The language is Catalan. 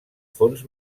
fons